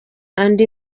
andi